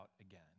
again